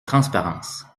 transparence